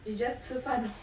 it's just 吃饭 lor